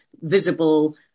visible